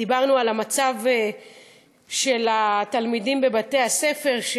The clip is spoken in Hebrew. דיברנו על המצב של התלמידים בבתי-הספר,